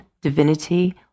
divinity